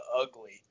ugly